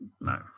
No